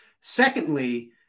Secondly